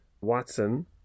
Watson